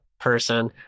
Person